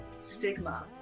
stigma